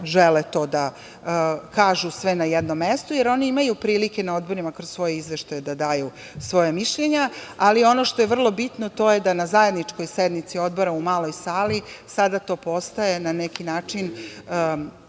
žele to da kažu sve na jednom mestu, jer oni imaju prilike na odborima kroz svoje izveštaje da daju svoja mišljenja, ali ono što je vrlo bitno, to je da na zajedničkoj sednici odbora u maloj sali, sada postaje na neki način